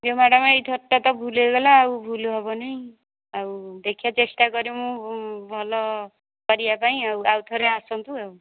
ଏ madam ଏଇ ଥରଟା ଭୁଲ୍ ହେଇଗଲା ଆଉ ଭୁଲ୍ ହବନି ଆଉ ଦେଖେ ଚେଷ୍ଟା କରେ ମୁଁ ଭଲ କରିବା ପାଇଁ ଆଉ ଆଉ ଥରେ ଆସନ୍ତୁ